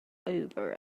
over